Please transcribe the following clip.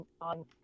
on